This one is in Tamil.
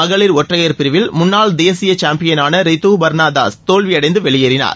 மகளிர் ஒற்றையர் பிரிவில் முன்னாள் தேசிய சேம்பியன் ரிசுபர்னா தாஸ் தோல்வியடைந்து வெளியேறினார்